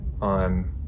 on